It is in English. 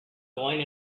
going